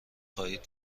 خواهید